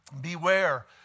Beware